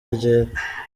ryera